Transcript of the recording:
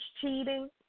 cheating